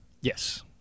Yes